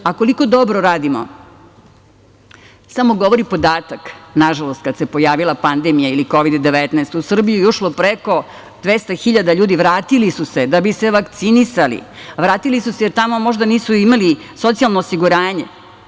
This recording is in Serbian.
A, koliko dobro radimo samo govori podatak, nažalost, kada se pojavila pandemija ili Kovid – 19, u Srbiju je ušlo preko 200.000 ljudi, vratili su se da bi se vakcinisali, vratili su se, jer tamo možda nisu imali socijalno osiguranje.